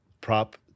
prop